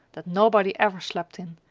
that nobody ever slept in,